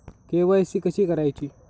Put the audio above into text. KYC कशी करायची?